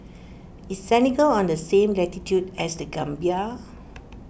is Senegal on the same latitude as the Gambia